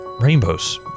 Rainbows